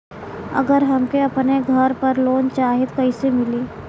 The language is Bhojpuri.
अगर हमके अपने घर पर लोंन चाहीत कईसे मिली?